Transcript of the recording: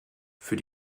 für